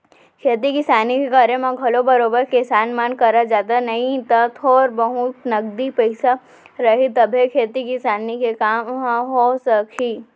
खेती किसानी के करे म घलौ बरोबर किसान मन करा जादा नई त थोर बहुत नगदी पइसा रही तभे खेती किसानी के काम ह हो सकही